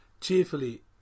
cheerfully